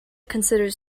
considers